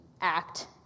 act